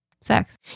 sex